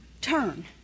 Turn